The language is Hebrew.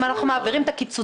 אם אנחנו מעבירים את הקיצוצים,